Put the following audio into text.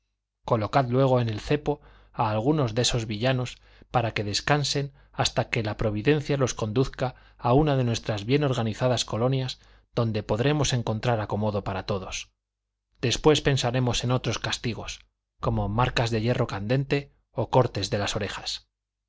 colocad luego en el cepo a algunos de esos villanos para que descansen hasta que la providencia los conduzca a una de nuestras bien organizadas colonias donde podremos encontrar acomodo para todos después pensaremos en otros castigos como marcas de hierro candente o corte de las orejas